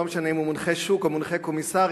לא משנה אם הוא מונחה שוק או מונחה קומיסרים,